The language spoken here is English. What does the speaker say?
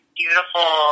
beautiful